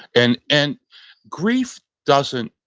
and and grief doesn't